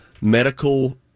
medical